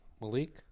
Malik